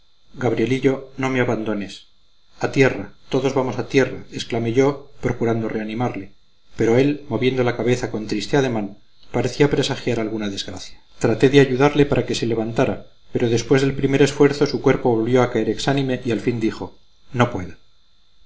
gabrielillo no me abandones a tierra todos vamos a tierra exclamé yo procurando reanimarle pero él moviendo la cabeza con triste ademán parecía presagiar alguna desgracia traté de ayudarle para que se levantara pero después del primer esfuerzo su cuerpo volvió a caer exánime y al fin dijo no puedo